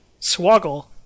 Swoggle